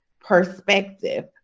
perspective